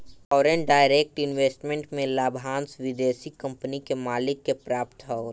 foreign direct investment में लाभांस विदेशी कंपनी के मालिक के प्राप्त होला